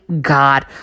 God